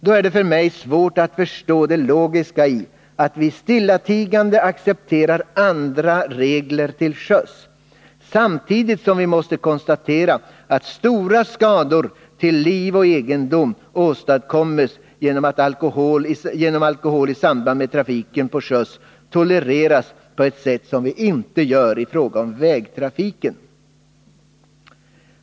Då är det för mig svårt att förstå det logiska i att vi stillatigande accepterar att andra regler gäller till sjöss — samtidigt som vi måste konstatera att stora skador till liv och egendom åstadkommes därför att alkohol i samband med trafiken på sjön tolereras på ett sätt som inte är fallet i fråga om vägtrafiken.